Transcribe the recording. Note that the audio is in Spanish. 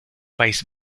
país